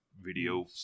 video